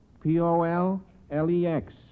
P-O-L-L-E-X